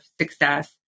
success